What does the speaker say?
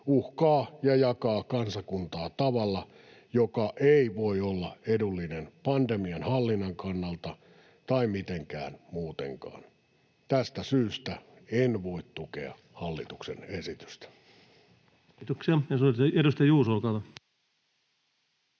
uhkaa ja jakaa kansakuntaa tavalla, joka ei voi olla edullinen pandemian hallinnan kannalta tai mitenkään muutenkaan. Tästä syystä en voi tukea hallituksen esitystä. [Speech 12] Speaker: